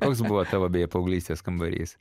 koks buvo tavo beje paauglystės kambarys